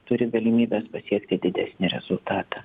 turi galimybes pasiekti didesnį rezultatą